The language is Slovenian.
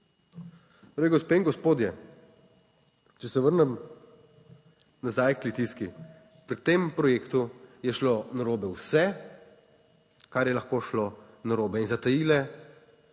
in gospodje, če se vrnem nazaj k Litijski, pri tem projektu je šlo narobe vse, kar je lahko šlo narobe in zatajile